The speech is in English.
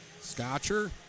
Scotcher